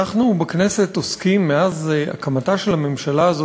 אנחנו בכנסת עוסקים מאז הקמתה של הממשלה הזאת